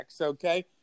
okay